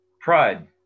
Pride